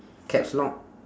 caps lock